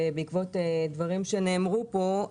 בעקבות דברים שנאמרו פה,